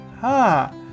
ha